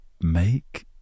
make